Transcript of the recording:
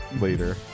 later